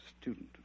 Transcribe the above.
student